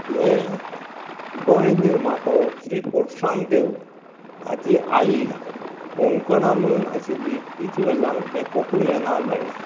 हें गोंय निर्मातो श्री परशुराम देव हाचे आई कोंकणा म्हण आशिल्ली तिचे वयल्यान हें कोंकणी हें नांव मेळ्ळां